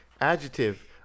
adjective